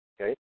okay